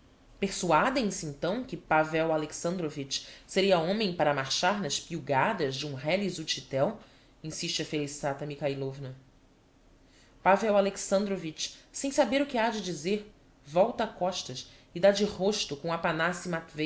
amiga persuadem se então que pavel alexandrovitch seria homem para marchar nas piugadas de um reles utchitel insiste a felissata mikhailovna pavel alexandrovitch sem saber o que ha de dizer volta costas e dá de rosto com